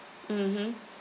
mmhmm